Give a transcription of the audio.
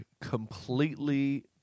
completely